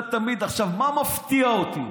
אתה תמיד, עכשיו, מה מפתיע אותי,